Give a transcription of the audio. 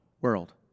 world